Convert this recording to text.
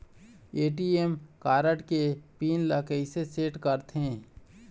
ATM card के pin ला कैसे सेट करथे?